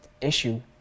issue